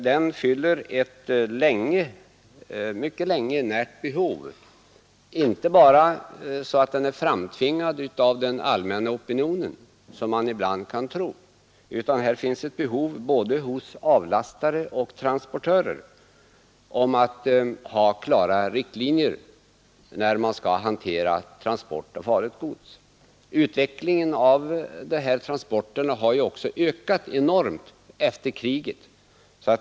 Den fyller ett mycket länge känt behov — inte bara så att den är framtvingad av den allmänna opinionen, som man ibland kan tro, utan så att både avlastare och transportörer vill ha klara riktlinjer för transporter av farligt gods. Dessa transporter har också ökat enormt de senaste decennierna.